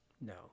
No